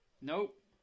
Nope